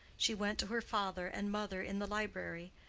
she went to her father and mother in the library,